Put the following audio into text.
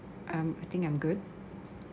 um I think I'm good